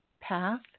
path